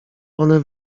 one